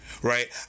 Right